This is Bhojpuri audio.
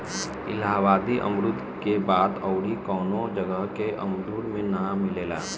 इलाहाबादी अमरुद के बात अउरी कवनो जगह के अमरुद में नाइ मिलेला